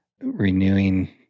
renewing